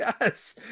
Yes